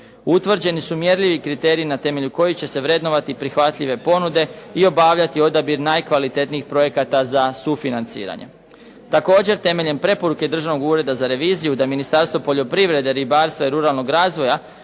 Utvrđeni su mjerljivi kriteriji na temelju kojih će se vrednovati prihvatljive ponude i obavljati odabir najkvalitetnijih projekata za financiranje. Također, temeljem preporuke Državnog ureda za reviziju da Ministarstvo poljoprivrede, ribarstva i ruralnog razvoja